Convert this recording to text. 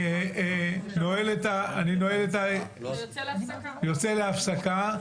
אני יוצא להפסקה,